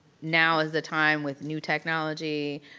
now is the time, with new technology,